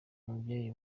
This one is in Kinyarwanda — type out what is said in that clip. umubyeyi